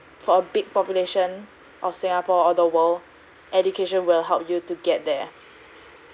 for a big population of singapore or the world education will help you to get there